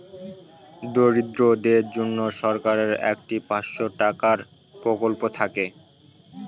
দরিদ্রদের জন্য সরকারের একটি পাঁচশো টাকার প্রকল্প থাকে